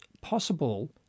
possible